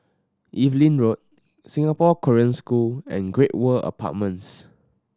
Evelyn Road Singapore Korean School and Great World Apartments